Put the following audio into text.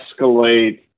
escalate